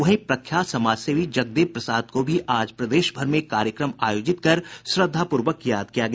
वहीं प्रख्यात समाजसेवी जगदेव प्रसाद को भी आज प्रदेश भर में कार्यक्रम आयोजित कर श्रद्वापूर्वक याद किया गया